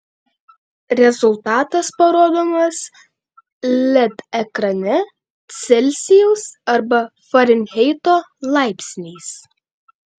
rezultatas parodomas led ekrane celsijaus arba farenheito laipsniais